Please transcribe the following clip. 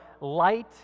light